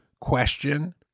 question